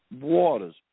Waters